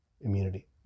immunity